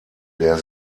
der